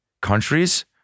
countries